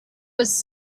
was